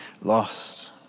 lost